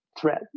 threat